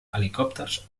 helicòpters